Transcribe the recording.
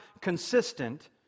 consistent